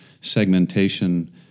segmentation